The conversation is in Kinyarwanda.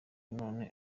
none